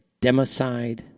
democide